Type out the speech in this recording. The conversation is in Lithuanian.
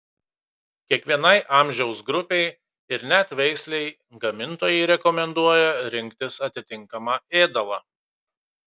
kiekvienai amžiaus grupei ir net veislei gamintojai rekomenduoja rinktis atitinkamą ėdalą